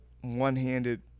one-handed